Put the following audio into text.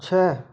छः